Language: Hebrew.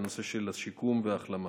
בנושא השיקום וההחלמה,